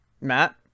Matt